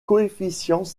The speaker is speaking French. coefficients